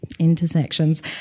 Intersections